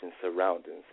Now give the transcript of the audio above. surroundings